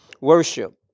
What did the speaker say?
worship